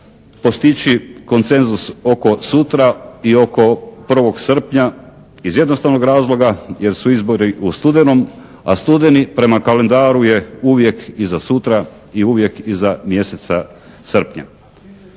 postići konsenzus oko sutra i oko 1. srpnja. Iz jednostavnog razloga jer su izbori u studenom, a studeni prema kalendaru je uvijek iza sutra i uvijek iza mjeseca srpnja.